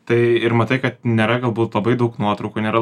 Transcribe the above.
tai ir matai kad nėra galbūt labai daug nuotraukų nėra